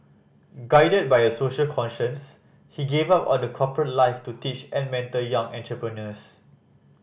guided by a social conscience he give up all the corporate life to teach and mentor young entrepreneurs